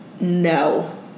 no